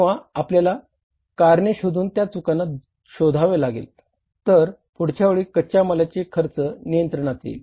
किंवा आपल्याला कारणे शोधून त्या चुकांना शोधावे लागेल तर पुढच्या वेळी कच्या मालाचा खर्च नियंत्रणात येईल